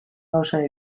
gauza